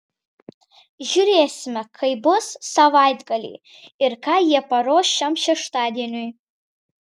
žiūrėsime kaip bus savaitgalį ir ką jie paruoš šiam šeštadieniui